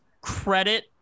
credit